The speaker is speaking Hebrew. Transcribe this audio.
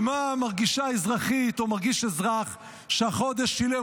מה מרגישים אזרחית או אזרח שהחודש שילמו